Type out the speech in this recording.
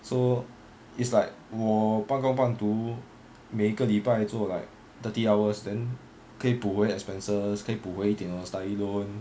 so it's like 我半工半读每个礼拜做 like thirty hours then 可以补回 expenses 可以补回一点 study loan